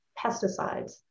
pesticides